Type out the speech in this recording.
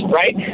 right